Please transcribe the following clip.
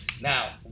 Now